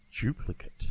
Duplicate